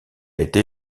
été